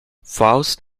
faust